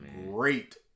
great